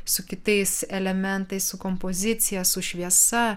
su kitais elementais su kompozicija su šviesa